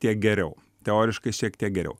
tiek geriau teoriškai šiek tiek geriau